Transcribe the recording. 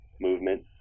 movement